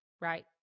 Right